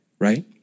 right